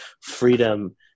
freedom